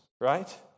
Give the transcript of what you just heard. right